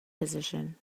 position